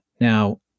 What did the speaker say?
Now